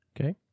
Okay